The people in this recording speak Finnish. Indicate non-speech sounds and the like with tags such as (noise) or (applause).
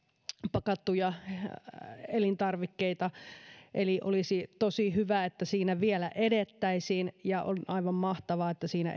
pakattuja elintarvikkeita eli olisi tosi hyvä että siinä vielä edettäisiin ja on aivan mahtavaa että siinä (unintelligible)